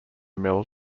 mill